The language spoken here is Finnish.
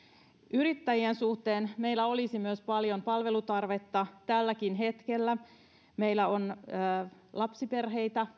yrittäjien suhteen meillä olisi myös paljon palvelutarvetta tälläkin hetkellä meillä on lapsiperheitä